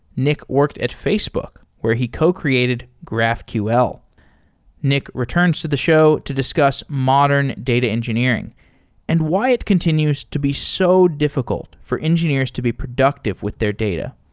nick worked at facebook where he co-created graphql. nick returns to the show to discuss modern data engineering and why it continues to be so difficult for engineers to be productive with their data.